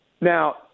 Now